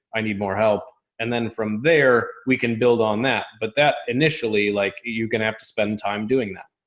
i need more help. and then from there we can build on that. but that initially, like you're going to have to spend time doing that.